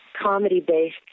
comedy-based